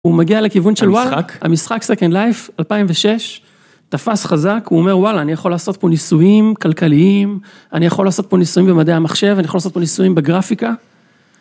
הוא מגיע לכיוון של וואלה, המשחק Second Life 2006, תפס חזק, הוא אומר וואלה, אני יכול לעשות פה ניסויים כלכליים, אני יכול לעשות פה ניסויים במדעי המחשב, אני יכול לעשות פה ניסויים בגרפיקה.